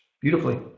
beautifully